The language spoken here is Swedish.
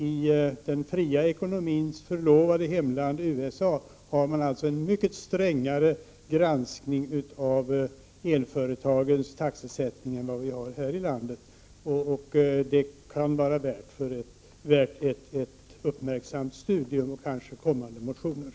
I den fria ekonomins förlovade hemland USA har man alltså en mycket strängare granskning av elföretagens taxesättning än vad vi har här i landet. Det kan vara värt ett uppmärksamt studium och kanske kommande motioner.